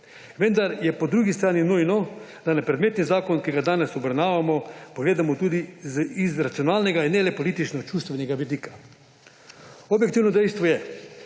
Vendar je po drugi strani nujno, da na predmetni zakon, ki ga danes obravnavamo, pogledamo tudi z racionalnega in ne le politično-čustvenega vidika. Objektivno dejstvo je,